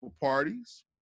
parties